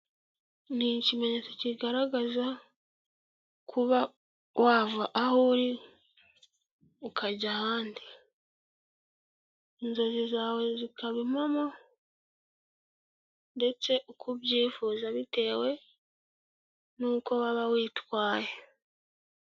Ni ikimenyetso kigaragaza kuba wava aho uri ukajya ahandi, inzozi zawe zikaba impamo ndetse uko ubyifuza bitewe nuko waba witwaye.